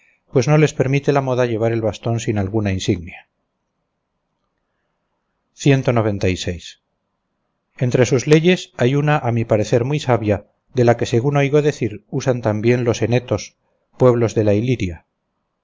pues no les permite la moda llevar el bastón sin alguna insignia entre sus leyes hay una a mi parecer muy sabia de la que según oigo decir usan también los enetos pueblos de la iliria